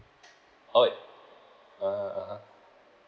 oh uh ah ah